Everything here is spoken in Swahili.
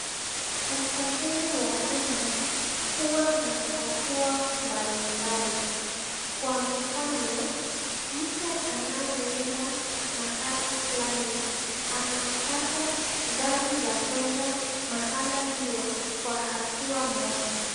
Usafiri wa umma huwa na hatua mbalimbali kwa mfano mtu anayeenda mahala fulani anapata gari za kuenda mahala hiyo kwa hatua moja.